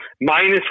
minus